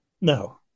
No